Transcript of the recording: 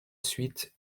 suite